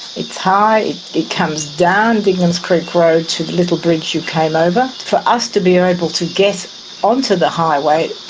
it's high it comes down dignams creek road to the little bridge you came over. for us to be able to get onto the highway,